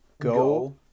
go